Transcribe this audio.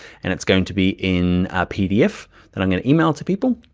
and it's going to be in a pdf that i'm gonna email to people,